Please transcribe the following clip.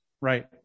Right